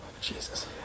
Jesus